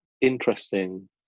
interesting